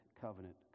covenant